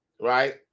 right